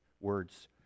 words